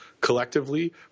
Collectively